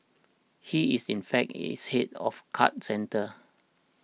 he is in fact its head of card centre